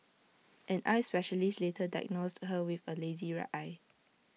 an eye specialist later diagnosed her with A lazy right eye